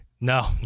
no